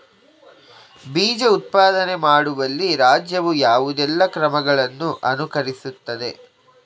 ಬೀಜ ಉತ್ಪಾದನೆ ಮಾಡುವಲ್ಲಿ ರಾಜ್ಯವು ಯಾವುದೆಲ್ಲ ಕ್ರಮಗಳನ್ನು ಅನುಕರಿಸುತ್ತದೆ?